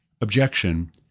objection